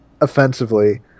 offensively